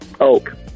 Oak